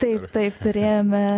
taip taip turėjome